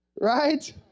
Right